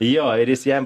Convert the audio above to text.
jo ir jis jam